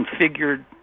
configured